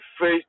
face